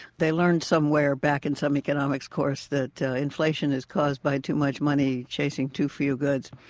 they learned somewhere back in some economics course that inflation is caused by too much money chasing too few goods.